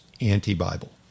anti-Bible